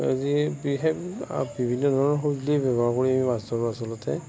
আজি বিশেষ বিভিন্ন ধৰণৰ সঁজুলি ব্যৱহাৰ কৰি আমি মাছ ধৰোঁ আচলতে